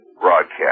broadcast